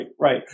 right